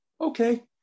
okay